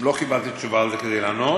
לא קיבלתי על זה תשובה כדי לענות,